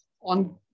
on